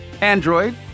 Android